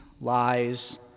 lies